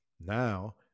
Now